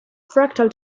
fractal